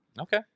Okay